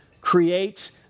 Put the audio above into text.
creates